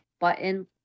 button